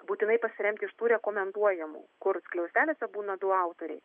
būtinai pasiremti iš tų rekomenduojamų kur skliausteliuose būna du autoriai